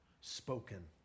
Spoken